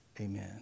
Amen